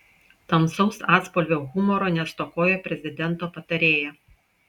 tamsaus atspalvio humoro nestokoja prezidento patarėja